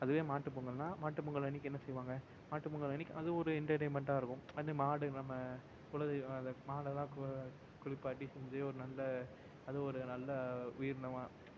அதுவே மாட்டுப்பொங்கல்னால் மாட்டுப்பொங்கல் அன்றைக்கி என்ன செய்வாங்க மாட்டுப்பொங்கல் அன்றைக்கு அது ஒரு என்டர்டைன்மெண்ட்டாக இருக்கும் அது மாரி மாடு நம்ம குலதெய்வம் அதை மாடெல்லாம் கு குளிப்பாட்டி செஞ்சு ஒரு நல்ல அது ஒரு நல்ல வீட்டில்